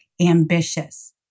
ambitious